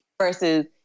versus